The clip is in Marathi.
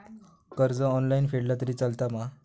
कर्ज ऑनलाइन फेडला तरी चलता मा?